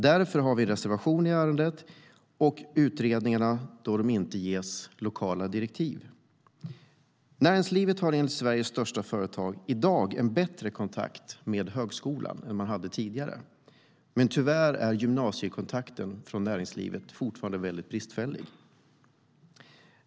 Därför har vi en reservation i ärendet då utredningarna inte ges lokala direktiv. Näringslivet har enligt Sveriges största företag i dag en bättre kontakt med högskolan än man hade tidigare, men tyvärr är gymnasiekontakten mycket bristfällig.